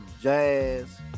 jazz